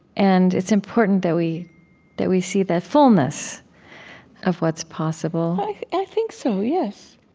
and it's important that we that we see the fullness of what's possible i think so, yes.